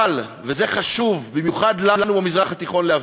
אבל, וזה חשוב במיוחד לנו, במזרח התיכון, להבין,